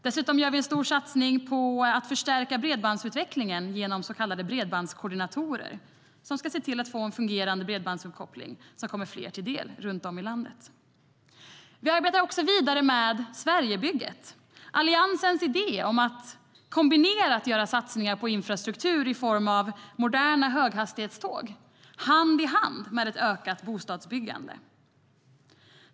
Dessutom gör vi en stor satsning på att förstärka bredbandsutvecklingen genom så kallade bredbandskoordinatorer, som ska se till att en fungerande bredbandsuppkoppling kommer fler till del runt om i landet. Vi arbetar också vidare med Sverigebygget - Alliansens idé om att kombinerat göra satsningar på infrastruktur i form av moderna höghastighetståg hand i hand med ett ökat bostadsbyggande.